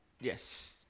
Yes